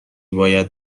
باید